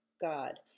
God